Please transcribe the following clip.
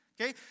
okay